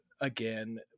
again